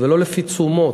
ולא לפי תשומות.